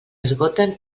esgoten